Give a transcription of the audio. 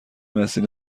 وسیله